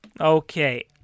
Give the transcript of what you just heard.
Okay